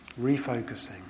refocusing